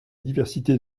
diversité